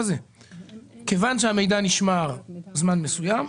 מכיוון שהמידע נשמר זמן מסוים,